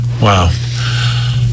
Wow